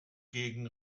gegen